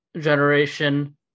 generation